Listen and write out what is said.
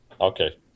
Okay